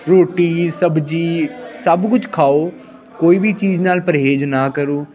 ਰੋਟੀ ਸਬਜ਼ੀ ਸਭ ਕੁਝ ਖਾਓ ਕੋਈ ਵੀ ਚੀਜ਼ ਨਾਲ ਪਰਹੇਜ਼ ਨਾ ਕਰੋ